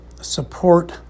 support